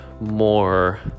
more